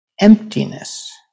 emptiness